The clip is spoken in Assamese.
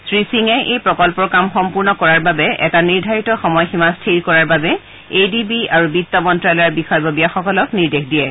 শ্ৰীসিঙে এই প্ৰকল্পৰ কাম সম্পূৰ্ণ কৰাৰ বাবে এটা নিৰ্ধাৰিত সময়সীমা স্থিৰ কৰাৰ বাবে এ ডি বি আৰু বিত্ত মন্ত্যালয়ৰ বিষয়ববীয়াসকলক নিৰ্দেশ দিয়ে